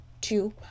two